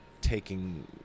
taking